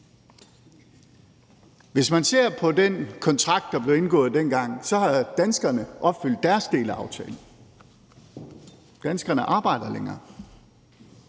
Hvis man ser på den kontrakt, der blev indgået dengang, har danskerne opfyldt deres del af aftalen; danskerne arbejder længere.